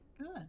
Good